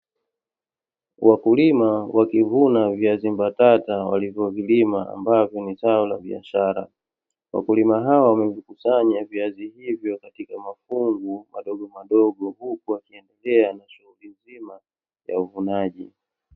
Wakulima wakivuna viazi mbatata walivyovilima ambavyo ni zao la biashara. Wakulima hawa wamevikusanya viazi hivyo katika mafungu madogomadogo huku wakiendelea na shughuli nzima ya uvunaji.